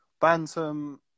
Bantam